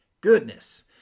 goodness